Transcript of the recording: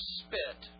spit